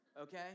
okay